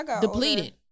depleted